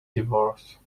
divorce